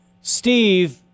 Steve